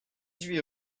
huit